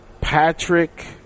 Patrick